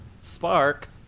Spark